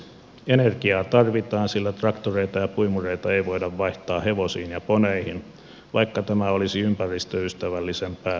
energiaa tarvitaan sillä traktoreita ja puimureita ei voida vaihtaa hevosiin ja poneihin vaikka tämä olisi ympäristöystävällisempää vihreää kehitystä